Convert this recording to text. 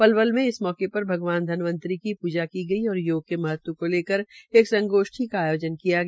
पलवल में इस मौके पर भगवान धनंवतरी की पूजा की गई और योग के महत्व को लेकर एक संगोष्ठी का भी आयोजन किया गया